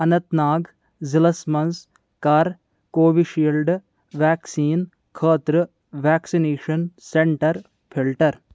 اَننت ناگ ضلعس مَنٛز کر کووِشیٖلڈ ویکسیٖن خٲطرٕ ویکسِنیشن سینٹر فلٹر